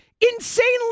insanely